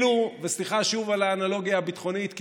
וסליחה שוב על האנלוגיה הביטחונית,